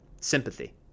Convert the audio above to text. sympathy